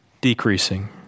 decreasing